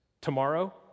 Tomorrow